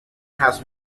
has